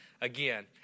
again